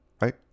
right